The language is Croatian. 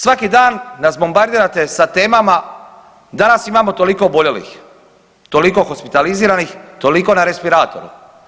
Svaki dan nas bombardirate sa temama danas imamo toliko oboljelih, toliko hospitaliziranih, toliko na respiratoru.